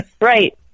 Right